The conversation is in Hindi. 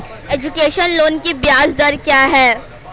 एजुकेशन लोन की ब्याज दर क्या है?